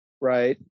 right